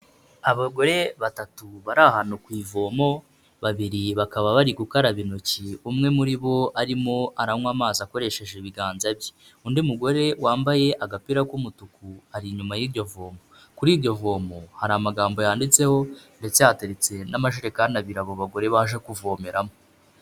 Abagore batatu bari ahantu ku ivomo, babiri bakaba bari gukaraba intoki, umwe muri bo arimo aranywa amazi akoresheje ibiganza bye. Undi mugore wambaye agapira k'umutuku, ari inyuma y'iryovomo. Kuri iryo vomo, hari amagambo yanditseho ndetse hateretse n'amajerekani abiri abo bagore baje kuvomeramo.